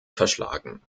verschlagen